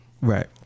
Right